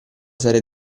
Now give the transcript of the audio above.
serie